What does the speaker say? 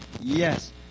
Yes